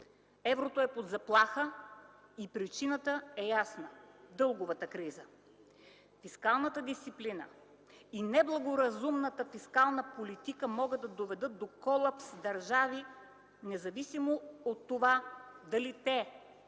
Еврото е под заплаха и причината е ясна – дълговата криза. Фискалната дисциплина и неблагоразумната фискална политика могат да доведат до колапс в държави, независимо от това дали те